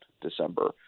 december